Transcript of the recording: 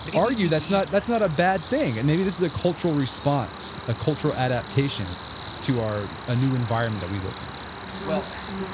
and argue that's not that's not a bad thing, and maybe this is a cultural responds, a cultural adaptation to our ah new environment that we live in well,